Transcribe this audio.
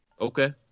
Okay